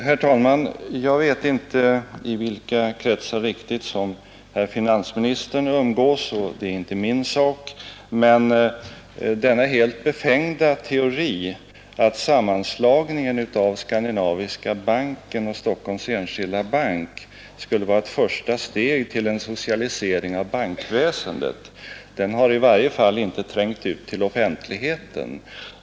Herr talman! Jag vet inte i vilka kretsar herr finansministern umgås, och det är inte min sak, men den helt befängda teorin att sammanslagningen av Skandinaviska banken och Stockholms enskilda bank skulle vara ett första steg till en socialisering av bankväsendet har i varje fall inte trängt ut till offentligheten.